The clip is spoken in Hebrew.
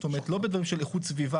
זאת אומרת לא בדברים של איכות סביבה.